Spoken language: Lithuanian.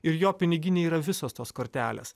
ir jo piniginėj yra visos tos kortelės